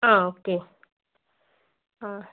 ആ ഓക്കെ ആ